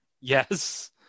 Yes